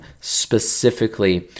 specifically